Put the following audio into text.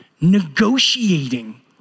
negotiating